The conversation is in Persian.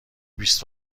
بیست